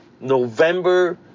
November